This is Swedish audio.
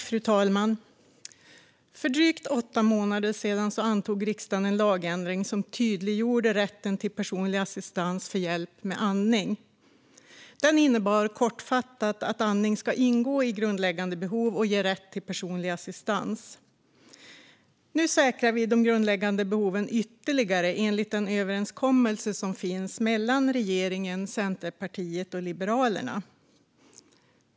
Fru talman! För drygt åtta månader sedan antog riksdagen en lagändring som tydliggjorde rätten till personlig assistans för hjälp med andning. Den innebar kortfattat att andning ska ingå i grundläggande behov och ge rätt till personlig assistans. Nu säkrar vi de grundläggande behoven ytterligare enligt den överenskommelse som finns mellan regeringen, Centerpartiet och Liberalerna.